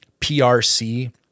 PRC